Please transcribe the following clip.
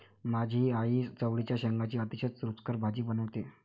माझी आई चवळीच्या शेंगांची अतिशय रुचकर भाजी बनवते